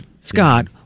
Scott